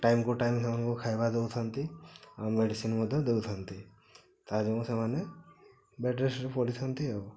time କୁ time ସେମାନଙ୍କୁ ଖାଇବା ଦେଉଥାଆନ୍ତି ଆଉ ମେଡ଼ିସିନ୍ ମଧ୍ୟ ଦେଉଥାଆନ୍ତି ତା ଯୋଗୁଁ ସେମାନେ ବେଡ଼୍ ରେଷ୍ଟ୍ରେ ପଡ଼ିଥାଆନ୍ତି ଆଉ